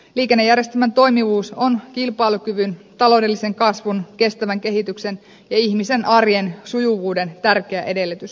liikennejärjestelmän toimivuus on kilpailukyvyn taloudellisen kasvun kestävän kehityksen ja ihmisen arjen sujuvuuden tärkeä edellytys